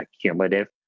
cumulative